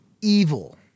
evil